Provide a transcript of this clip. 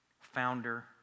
founder